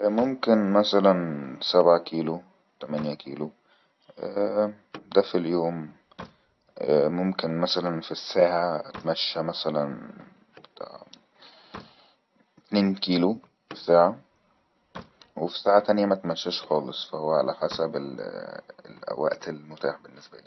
ممكن مثلا سبعه كيلو تمانيه كيلو اااء دافي اليوم ممكن مثلا في الساعة اتمشى مثلا اتنين كيلو ساعة و في ساعة تانيه ماتمشاش خالص فهو على حسب الوقت المتاح بالنسبة لك